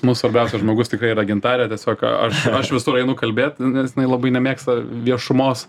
mūsų svarbiausias žmogus tikrai yra gintarė tiesiog aš aš visur einu kalbėt nes jinai labai nemėgsta viešumos